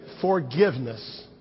forgiveness